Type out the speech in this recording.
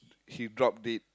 he drop dead